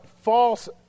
false